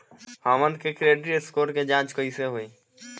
हमन के credit score के जांच कैसे होइ?